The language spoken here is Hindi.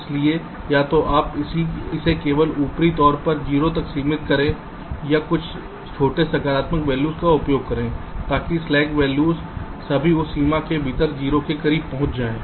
इसलिए या तो आप इसे केवल ऊपरी तौर पर 0 तक सीमित करें या एक छोटे सकारात्मक वैल्यू का उपयोग करें ताकि स्लैक वैल्यू सभी उस सीमा के भीतर 0 के करीब पहुंच जाएं